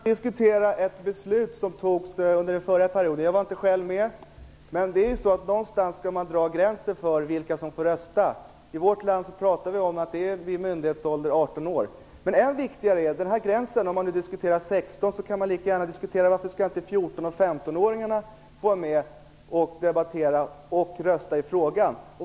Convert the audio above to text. Herr talman! Man kan alltid diskutera ett beslut som har fattats under den förra mandatperioden. Jag var själv inte med. Men någonstans skall man dra gränsen för vilka som får rösta. I vårt land säger vi att det är vid myndighetsåldern, 18 år, som man får rösta. Om man nu diskuterar att sätta gränsen vid 16 år, kan man lika gärna fråga sig varför inte 14 och 15 åringarna skall få vara med och rösta i frågan.